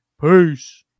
Peace